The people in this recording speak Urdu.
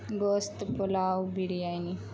گوشت پلاؤ بریانی